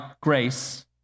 grace